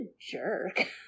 jerk